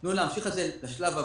תנו לנו להמשיך את זה לשלב הבא,